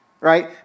right